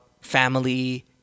family